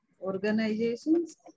organizations